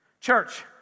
Church